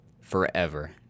forever